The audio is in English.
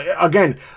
again